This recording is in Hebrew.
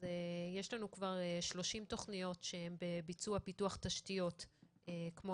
יש לנו כבר 30 תכניות שהן בביצוע פיתוח תשתיות כמו